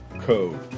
code